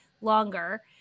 longer